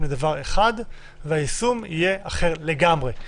לדבר אחד והיישום יהיה דבר אחר לגמרי.